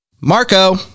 Marco